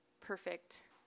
perfect